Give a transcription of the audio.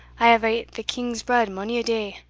i have ate the king's bread mony a day.